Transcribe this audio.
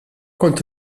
kont